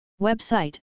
Website